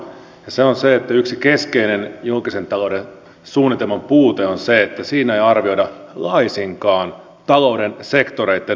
se on se että yksi keskeinen julkisen talouden suunnitelman puute on se että siinä ei arvioida laisinkaan talouden sektoreitten vuorovaikutussuhteita